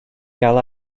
gael